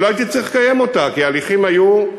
שלא הייתי צריך לקיים אותה, כי ההליכים היו,